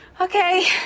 Okay